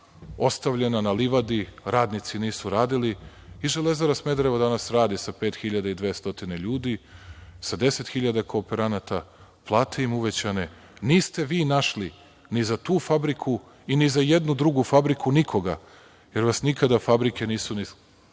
ostavljena na livadi radnici nisu radili i Železara Smederevo danas radi sa 5.200 ljudi, sa 10.000 kooperanata, plate im uvećane. Niste vi našli ni za tu fabriku, i ni za jednu drugu fabriku nikoga, jer vas nikada fabrike nisu